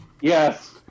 Yes